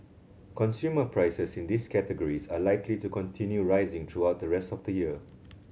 consumer prices in these categories are likely to continue rising throughout the rest of the year